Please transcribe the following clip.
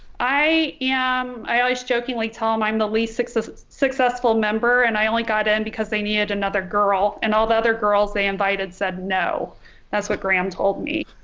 i am i always jokingly tell him i'm the least successful successful member and i only got in because they needed another girl and all the other girls they invited said no that's what graham told me.